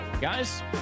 Guys